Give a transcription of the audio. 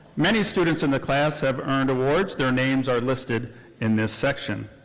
many students in the class have earned awards. their names are listed in this section.